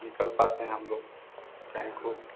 निकल पाते हैं हम लोग थैंकु